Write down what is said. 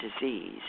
disease